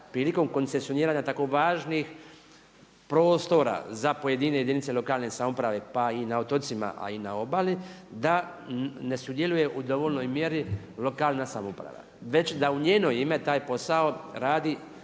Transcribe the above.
prilikom koncesioniranja tako važnih prostora za pojedine jedinice lokalne samouprave pa i na otocima, a i na obali, da ne sudjeluje u dovoljnoj mjeri lokalna samouprava već da u njeno ime taj posao radi